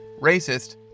racist